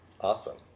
awesome